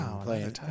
playing